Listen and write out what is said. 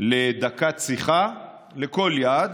לדקת שיחה לכל יעד.